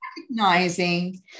recognizing